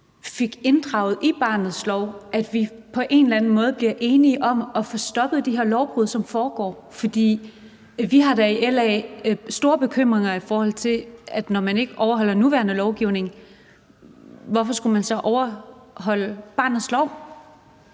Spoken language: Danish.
fik med i barnets lov, at vi på en eller anden måde blev enige om at få stoppet de her lovbrud, der foregår? For vi har da i LA store bekymringer, i forhold til hvorfor man, når man ikke overholder den nuværende lovgivning, så skulle overholde barnets lov.